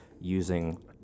using